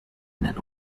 nen